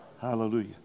Hallelujah